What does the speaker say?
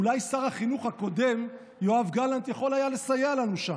אולי שר החינוך הקודם יואב גלנט יכול היה לסייע לנו שם.